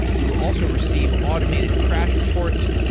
you will also receive automated crash reports,